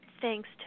Thanks